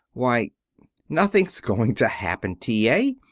why nothing's going to happen, t. a,